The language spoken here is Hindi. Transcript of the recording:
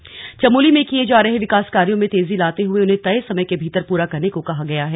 बैठक चमोली में किए जा रहे विकास कार्यों में तेजी लाते हुए उन्हें तय समय के भीतर पूरा करने को कहा गया है